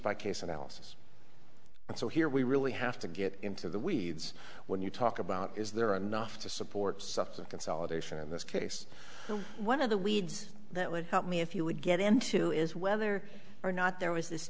and so here we really have to get into the weeds when you talk about is there enough to support such a consolidation in this case one of the weeds that would help me if you would get into is whether or not there was this